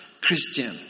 Christian